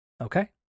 Okay